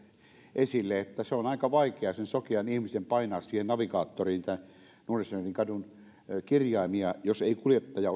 esille että on aika vaikeaa sen sokean ihmisen painaa siihen navigaattoriin niitä nordenskiöldinkadun kirjaimia jos ei kuljettaja